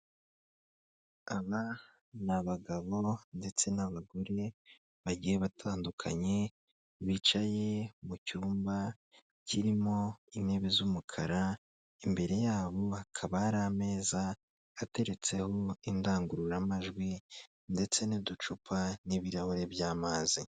Aba ni abagabo ndetse n'abagore bagiye batandukanye bicaye mu cyumba kirimo intebe z'umukara, imbere yabo bakaba hari ameza ateretseho indangururamajwi ndetse n'uducupa n'ibirahuri by'amazi.